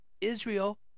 Israel